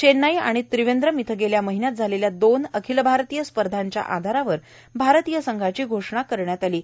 चेन्नई आणि त्रिवेंद्रम इथं गेल्या महिन्यात झालेल्या दोन अखिल भारतीय स्पर्धांच्या आधारावर भारतीय संघाची घोषणा करण्यात आली आहे